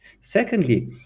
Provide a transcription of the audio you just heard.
Secondly